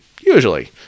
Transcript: usually